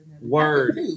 Word